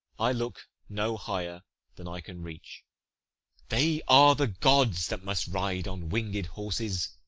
i look no higher than i can reach they are the gods that must ride on winged horses.